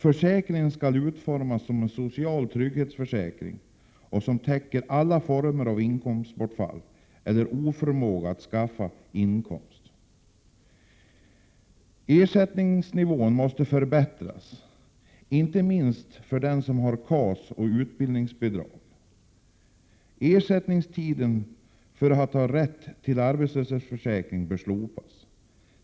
— Försäkringen skall utformas som en social trygghetsförsäkring som täcker alla former av inkomstbortfall eller oförmåga att skaffa inkomst. —- Ersättningsnivåerna måste förbättras, inte minst för den som har KAS och utbildningsbidrag. — Ersättningstiden för att ha rätt till arbetslöshetsförsäkring bör slopas.